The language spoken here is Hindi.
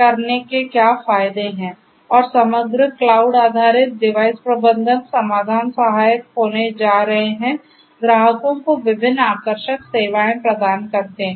करने के क्या फायदे हैं और समग्र क्लाउड आधारित डिवाइस प्रबंधन समाधान सहायक होने जा रहे हैं ग्राहकों को विभिन्न आकर्षक सेवाएं प्रदान करते हैं